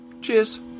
Cheers